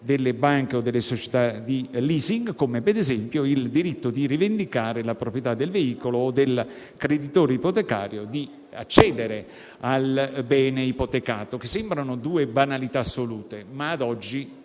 delle banche o delle società di *leasing* - ad esempio - grazie al diritto di rivendicare la proprietà del veicolo o del creditore ipotecario di accedere al bene ipotecato, che sembrano due banalità assolute ma, ad oggi,